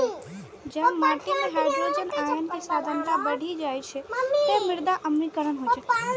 जब माटि मे हाइड्रोजन आयन के सांद्रता बढ़ि जाइ छै, ते मृदा अम्लीकरण होइ छै